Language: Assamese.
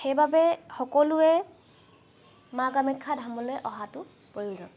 সেইবাবে সকলোৱে মা কামাখ্যা ধামলৈ অহাটো প্ৰয়োজন